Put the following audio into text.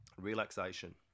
Relaxation